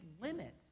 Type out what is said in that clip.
limit